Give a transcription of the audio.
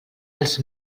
els